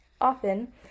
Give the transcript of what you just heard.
Often